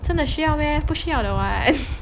真的需要的 meh 不需要的 [what]